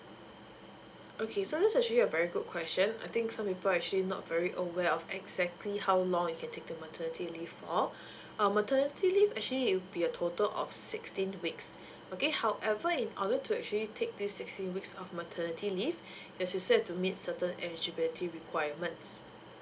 okay so that's actually a very good question I think some people actually not very aware of exactly how long it can take the maternity leave for uh maternity leave actually it'll be a total of sixteen weeks okay however in order to actually take this sixteen weeks of maternity leave as you said have to meet certain eligibility requirements